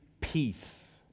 peace